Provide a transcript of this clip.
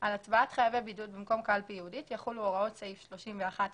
על הצבעת חייבי בידוד במקום קלפי ייעודית יחולו הוראות סעיף 31א(ו)